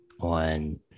on